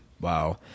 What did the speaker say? Wow